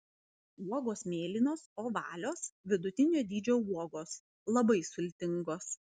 uogos mėlynos ovalios vidutinio dydžio uogos labai sultingos